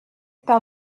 par